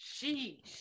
Sheesh